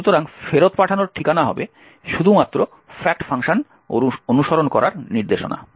সুতরাং ফেরত পাঠানোর ঠিকানা হবে শুধুমাত্র fact ফাংশন অনুসরণ করার নির্দেশনা